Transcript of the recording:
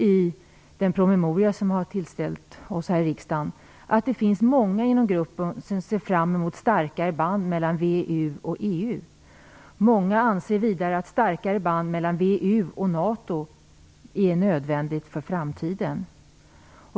I den promemoria som har tillställts oss här i riksdagen förklaras att det finns många inom gruppen som ser fram emot starkare band mellan VEU och EU. Många anser vidare att starkare band mellan VEU och NATO är nödvändigt för framtiden.